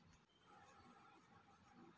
ನಾವ್ ಎ.ಟಿ.ಎಂ ಬಳ್ಸಿದ್ರು ಫೀ ಕಟ್ಬೇಕು